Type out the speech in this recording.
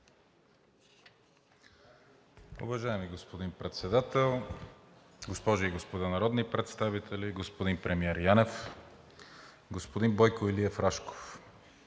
Уважаеми господин Председател, госпожи и господа народни представители, господин премиер Янев! Господин Бойко Илиев Рашков,